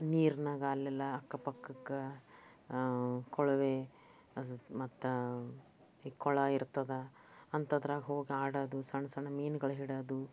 ನೀರ್ನಾಗ ಅಲ್ಲೆಲ್ಲ ಅಕ್ಕಪಕ್ಕಕ್ಕೆ ಕೊಳವೆ ಮತ್ತು ಈ ಕೊಳ ಇರ್ತದೆ ಅಂತದ್ರಾಗ ಹೋಗಿ ಆಡೋದು ಸಣ್ಣ ಸಣ್ಣ ಮೀನ್ಗಳು ಹಿಡ್ಯೋದು